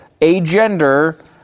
agender